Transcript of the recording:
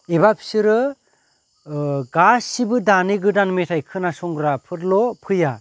एबा फिसोरो गासिबो दानि गोदान मेथाइ खोनासंग्रा फोरल' फैया